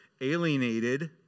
alienated